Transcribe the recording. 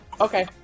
Okay